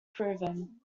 proven